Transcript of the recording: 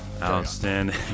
Outstanding